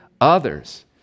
others